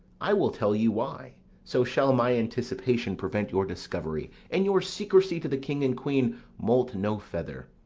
i will tell you why so shall my anticipation prevent your discovery, and your secrecy to the king and queen moult no feather.